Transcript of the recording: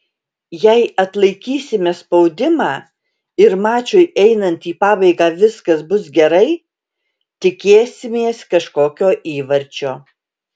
jei atlaikysime spaudimą ir mačui einant į pabaigą viskas bus gerai tikėsimės kažkokio įvarčio